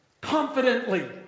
confidently